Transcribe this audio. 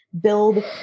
build